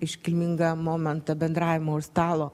iškilmingą momentą bendravimo už stalo